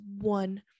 one